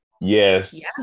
Yes